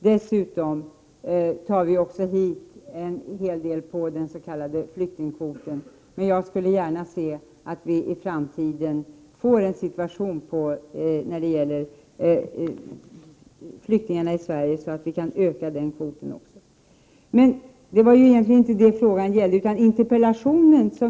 Dessutom tar vi hit en hel del flyktingar inom ramen för den s.k. flyktingkvoten. Jag hoppas emellertid att vi i Sverige i framtiden får en sådan situation när det gäller flyktingarna att vi kan öka även den kvoten. Det var emellertid inte detta som interpellationen handlade om.